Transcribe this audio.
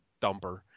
dumper